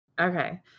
Okay